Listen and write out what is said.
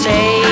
Say